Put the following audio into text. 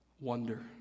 wonder